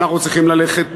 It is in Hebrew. אנחנו צריכים ללכת